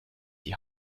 die